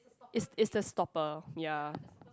is is the stopper ya